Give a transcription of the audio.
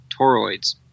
toroids